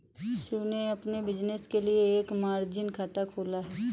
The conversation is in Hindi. शिव ने अपने बिज़नेस के लिए एक मार्जिन खाता खोला